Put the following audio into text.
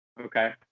Okay